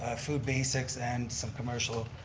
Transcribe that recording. ah food basics and some commercial